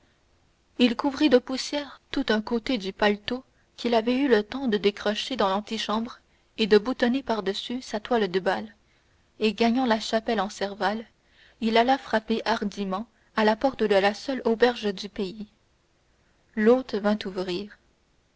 il couvrit de poussière tout un côté du paletot qu'il avait eu le temps de décrocher dans l'antichambre et de boutonner par-dessus sa toilette de bal et gagnant la chapelle en serval il alla frapper hardiment à la porte de la seule auberge du pays l'hôte vint ouvrir